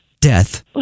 death